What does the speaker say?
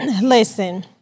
Listen